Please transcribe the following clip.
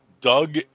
Doug